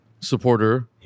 supporter